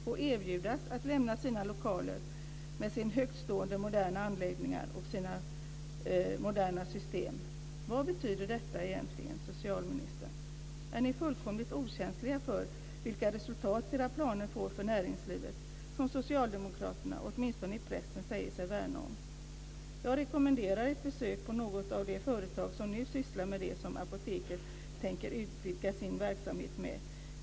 Ska de erbjudas att lämna sina lokaler och sina högtstående moderna anläggningar och system? Vad betyder detta egentligen, socialministern? Är ni fullkomligt okänsliga för vilka resultat era planer får för det näringsliv som socialdemokraterna åtminstone i pressen säger sig värna om? Jag rekommenderar ett besök på något av de företag som nu sysslar med det som Apoteket tänker utvidga sin verksamhet med.